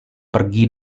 pergi